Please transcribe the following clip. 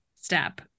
step